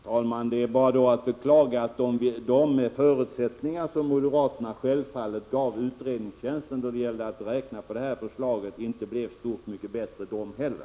Herr talman! Det är bara att beklaga att de förutsättningar som moderaterna självfallet gav utredningstjänsten då det gällde att räkna på detta förslag inte blev stort mycket bättre de heller.